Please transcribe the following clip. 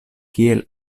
kiel